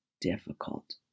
difficult